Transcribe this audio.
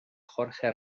jorge